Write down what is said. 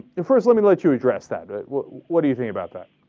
infers let me let you address that it will what do you think about that